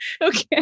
Okay